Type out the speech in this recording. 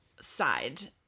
side